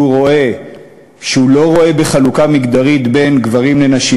שהוא לא רואה בחלוקה המגדרית בין גברים לנשים,